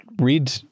read